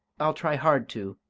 i'll try hard to.